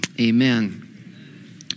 amen